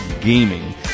gaming